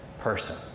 person